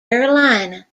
carolina